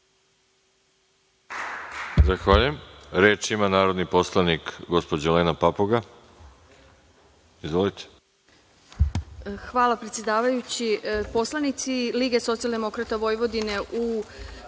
Zahvaljujem. Reč ima narodni poslanik gospođa Olena Papuga. Izvolite.